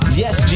yes